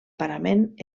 parament